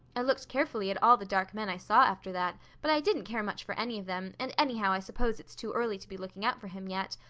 i looked carefully at all the dark men i saw after that, but i didn't care much for any of them, and anyhow i suppose it's too early to be looking out for him yet.